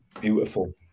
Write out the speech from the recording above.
beautiful